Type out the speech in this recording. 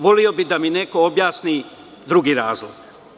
Voleo bih da mi neko objasni drugi razlog.